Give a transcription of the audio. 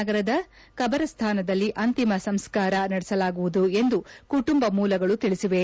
ನಗರದ ಖಬರಸ್ತಾನದಲ್ಲಿ ಅಂತಿಮ ಸಂಸ್ಕಾರ ನಡೆಸಲಾಗುವುದು ಎಂದು ಕುಟುಂಬ ಮೂಲಗಳು ತಿಳಿಸಿವೆ